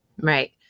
Right